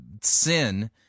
sin